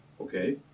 okay